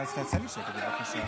אז תעשה לי שקט, בבקשה.